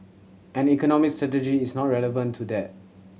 and economic strategy is not irrelevant to that